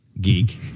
geek